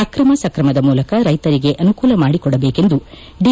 ಅಕ್ರಮ ಸಕ್ರಮದ ಮೂಲಕ ರೈತರಿಗೆ ಅನುಕೂಲ ಮಾದಿಕೊಡಬೇಕೆಂದು ದಿ